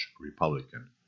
republican